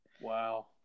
Wow